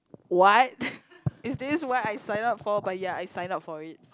what is this what I sign up for but ya I signed up for it